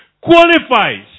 qualifies